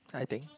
I think